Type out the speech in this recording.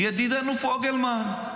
ידידנו פוגלמן.